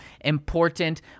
important